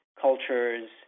cultures